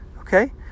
Okay